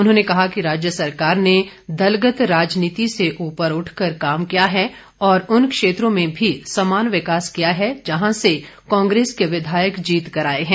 उन्होंने कहा कि राज्य सरकार ने दलगत राजनीति से ऊपर उठकर काम किया है और उन क्षेत्रों में भी समान विकास किया है जहां से कांग्रेस के विधायक जीतकर आए हैं